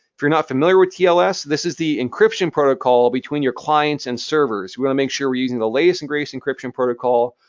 if you're not familiar with yeah tls, this is the encryption protocol between your clients and servers. we wanna make sure we're using the latest and greatest encryption protocol,